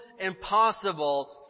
impossible